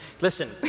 Listen